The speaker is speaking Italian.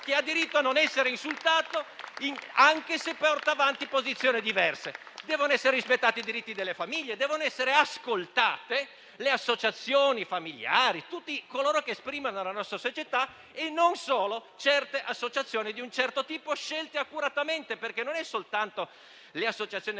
che ha diritto a non essere insultato, anche se porta avanti posizione diverse. Devono essere rispettati i diritti delle famiglie, devono essere ascoltate le associazioni familiari e tutti coloro che sono espressione della nostra società e non solo certe associazioni di un certo tipo, scelte accuratamente. Non si tratta soltanto delle associazioni